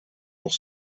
pour